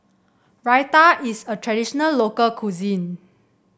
raita is a traditional local cuisine